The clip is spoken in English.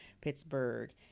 Pittsburgh